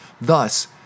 thus